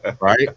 right